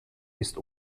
ist